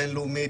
בין-לאומית,